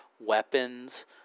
weapons